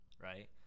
right